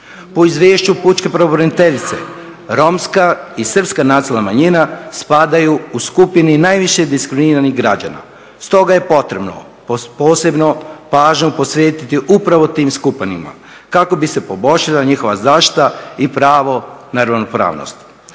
Po izvješću pučke pravobraniteljice Romska i Srpska nacionalna manjina spadaju u skupini najviše diskriminiranih građana. Stoga je potrebno posebnu pažnju posvetiti upravo tim skupinama kako bi se poboljšala njihova zaštita i pravo na ravnopravnost.